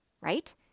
right